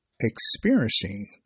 experiencing